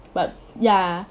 but ya